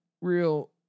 real